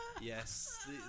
Yes